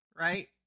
right